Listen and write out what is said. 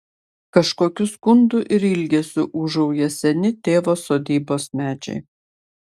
kažkokiu skundu ir ilgesiu ūžauja seni tėvo sodybos medžiai